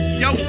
yo